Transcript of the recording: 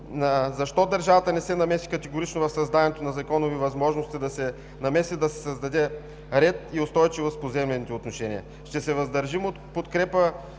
Защо държавата не се намеси категорично в създаването на законови възможности, да се намеси и да се създаде ред и устойчивост в поземлените отношения? Ще се въздържим от подкрепа